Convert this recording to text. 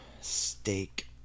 steak